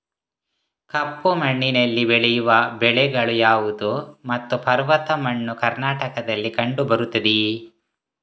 ಕಪ್ಪು ಮಣ್ಣಿನಲ್ಲಿ ಬೆಳೆಯುವ ಬೆಳೆಗಳು ಯಾವುದು ಮತ್ತು ಪರ್ವತ ಮಣ್ಣು ಕರ್ನಾಟಕದಲ್ಲಿ ಕಂಡುಬರುತ್ತದೆಯೇ?